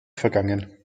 vergangen